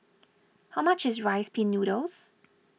how much is Rice Pin Noodles